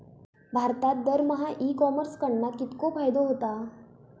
भारतात दरमहा e commerce कडणा कितको फायदो होता?